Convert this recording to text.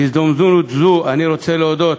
בהזדמנות זו אני רוצה להודות